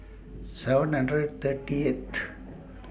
seven hundred thirty eight